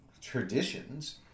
traditions